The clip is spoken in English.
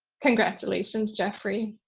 congratulations, jeffrey.